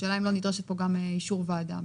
השאלה אם לא נדרש פה גם אישור ועדה.